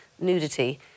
nudity